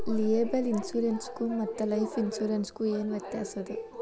Liable insurance ಗು ಮತ್ತ life insurance ಗು ಏನ್ ವ್ಯಾತ್ಯಾಸದ?